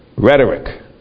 Rhetoric